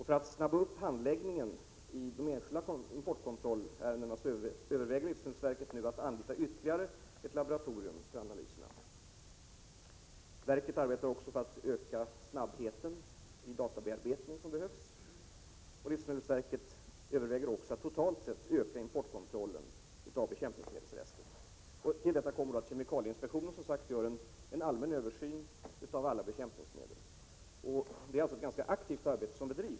För att påskynda handläggningen i de enskilda importkontrollärendena överväger livsmedelsverket nu att anlita ytterligare ett laboratorium för analyserna. Verket arbetar också på att öka snabbheten i den databearbetning som behövs. Vidare överväger livsmedelsverket att totalt sett öka importkontrollen när det gäller rester av bekämpningsmedel. Till detta kommer att kemikalieinspektionen, som sagt, gör en allmän översyn av alla bekämpningsmedel. Det är alltså ett ganska intensivt arbete som bedrivs.